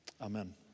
Amen